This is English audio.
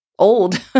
old